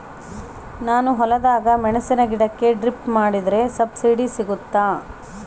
ನಾನು ಹೊಲದಾಗ ಮೆಣಸಿನ ಗಿಡಕ್ಕೆ ಡ್ರಿಪ್ ಮಾಡಿದ್ರೆ ಸಬ್ಸಿಡಿ ಸಿಗುತ್ತಾ?